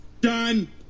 done